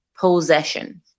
possession